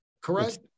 correct